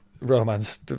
romance